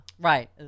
Right